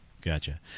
Gotcha